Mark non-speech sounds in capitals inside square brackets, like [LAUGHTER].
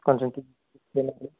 కొంచెం [UNINTELLIGIBLE]